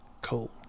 cold